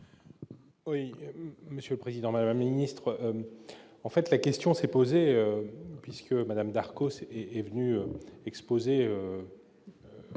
Oui, Monsieur le Président, la ministre, en fait, la question s'est posée puisque Madame Darcos s'est est venu exposer